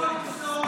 ועדת כספים,